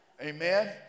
Amen